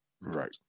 Right